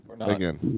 Again